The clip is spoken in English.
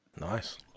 Nice